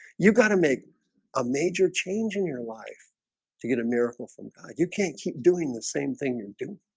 you got to make a major change in your life to get a miracle from god you can't keep doing the same thing you're doing